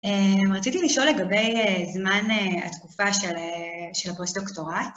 אמ.. רציתי לשאול לגבי אה.. זמן אה.. התקופה של אה.. של הפוסט-דוקטורט.